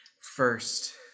First